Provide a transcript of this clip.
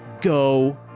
go